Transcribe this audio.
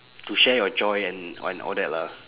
to share your joy and and all that lah